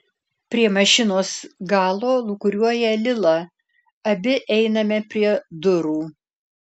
prie mašinos galo lūkuriuoja lila abi einame prie durų